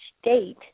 state